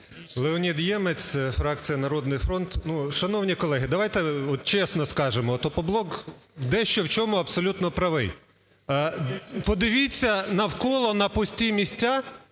Леонід Ємець, фракція "Народний фронт". Шановні колеги, давайте чесно скажемо, от "Опоблок" дещо в чому абсолютно правий. Подивіться, навколо на пусті місця,